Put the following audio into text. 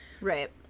Right